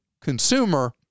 consumer